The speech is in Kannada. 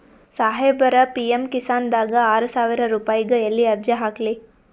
ಸಾಹೇಬರ, ಪಿ.ಎಮ್ ಕಿಸಾನ್ ದಾಗ ಆರಸಾವಿರ ರುಪಾಯಿಗ ಎಲ್ಲಿ ಅರ್ಜಿ ಹಾಕ್ಲಿ?